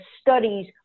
studies